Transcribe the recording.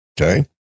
Okay